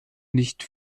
nicht